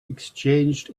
exchanged